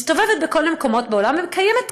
מסתובבת בכל מיני מקומות בעולם ומקיימת טקסים.